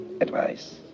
Advice